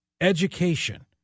Education